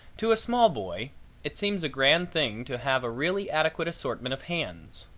to a small boy it seems a grand thing to have a really adequate assortment of hands.